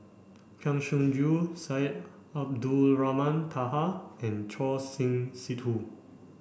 Kang Siong Joo Syed Abdulrahman Taha and Choor Singh Sidhu